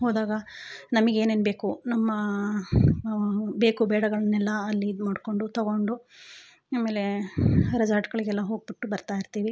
ಹೋದಾಗ ನಮಗ್ ಏನೇನು ಬೇಕು ನಮ್ಮ ಬೇಕು ಬೇಡಗಳನ್ನು ಎಲ್ಲ ಅಲ್ಲಿ ಇದು ಮಾಡ್ಕೊಂಡು ತಗೊಂಡು ಆಮೇಲೆ ರೆಸಾರ್ಟ್ಗಳಿಗೆ ಎಲ್ಲ ಹೋಗಿಬಿಟ್ಟು ಬರ್ತಾ ಇರ್ತೀವಿ